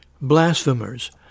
Blasphemers